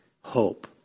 hope